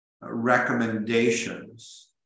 recommendations